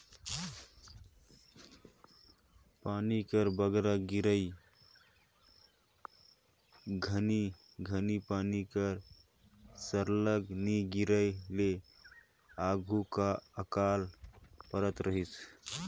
पानी कर बगरा गिरई घनी पानी कर सरलग नी गिरे ले आघु अकाल परत रहिस